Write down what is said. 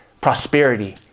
prosperity